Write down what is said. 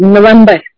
November